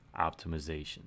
optimization